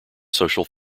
social